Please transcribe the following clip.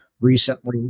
recently